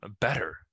better